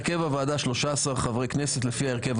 הרכב הוועדה: 13 חברי כנסת לפי ההרכב